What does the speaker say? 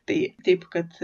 tai taip kad